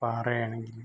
പാറയാണെങ്കിലും